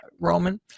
Roman